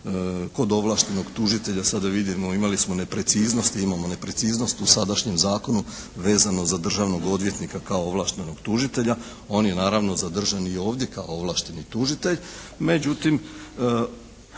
Kod ovlaštenog tužitelja sada vidimo imali smo nepreciznost i imamo nepreciznost u sadašnjem zakonu vezano za državnog odvjetnika kao ovlaštenog tužitelja. On je naravno zadržan i ovdje kao ovlašteni tužitelj.